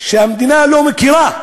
שהמדינה לא מכירה.